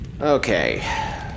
Okay